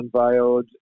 unveiled